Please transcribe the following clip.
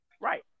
Right